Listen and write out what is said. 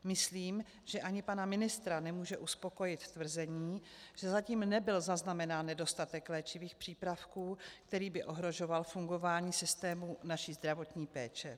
Myslím, že ani pana ministra nemůže uspokojit tvrzení, že zatím nebyl zaznamenán nedostatek léčivých přípravků, který by ohrožoval fungování systému naší zdravotní péče.